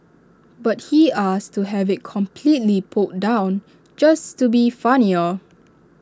but he asked to have IT completely pulled down just to be funnier